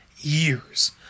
years